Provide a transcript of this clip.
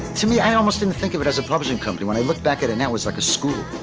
to me, i almost think of it as a publishing company when i look back at and that was like a school.